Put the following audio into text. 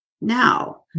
now